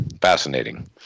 fascinating